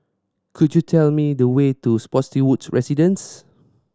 could you tell me the way to Spottiswoode Residences